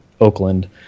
Oakland